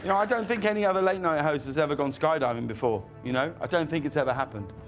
you know i don't think any other late night host has ever gone skydiving before. you know? i don't think it's ever happened.